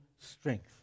strength